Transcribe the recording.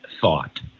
thought